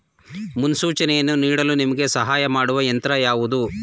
ಮುನ್ಸೂಚನೆಯನ್ನು ನೀಡಲು ನಿಮಗೆ ಸಹಾಯ ಮಾಡುವ ಯಂತ್ರ ಯಾವುದು?